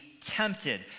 tempted